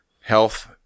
Health